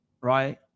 right